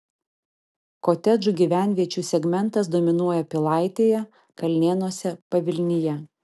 kotedžų gyvenviečių segmentas dominuoja pilaitėje kalnėnuose pavilnyje